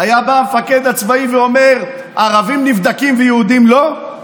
היה בא המפקד הצבאי ואומר: ערבים נבדקים ויהודים לא?